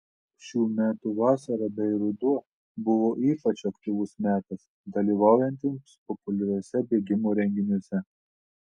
šių metų vasara bei ruduo buvo ypač aktyvus metas dalyvaujantiems populiariuose bėgimo renginiuose